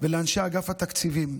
ולאנשי אגף התקציבים.